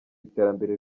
iterambere